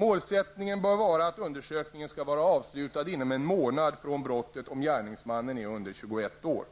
Målsättningen bör vara att undersökningen skall vara avslutad inom en månad från brottet om gärningsmannen är under 21 år.